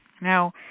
Now